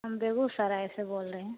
हम बेगूसराय से बोल रहे हैं